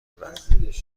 داریم